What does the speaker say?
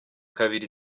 kabiri